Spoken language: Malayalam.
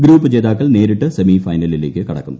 ഗ്രൂപ്പ് ജേതാക്കൾ നേരിട്ട് സെമി സൈനലിലേക്ക് കടക്കും